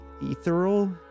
ethereal